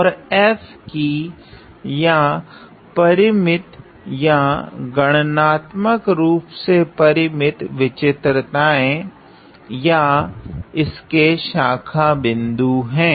और f की या तो परिमित या गणनात्मक रूप से परिमित विचित्रताएँ या इसके शाखा बिन्दु हैं